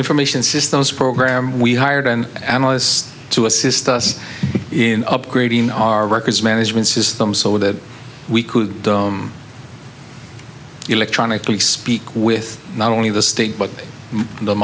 information systems program we hired and analysts to assist us in upgrading our records management system so that we could electronically speak with not only the state but the